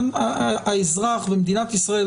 האזרח במדינת ישראל,